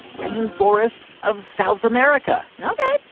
rainforests of south america ok.